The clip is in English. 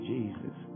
Jesus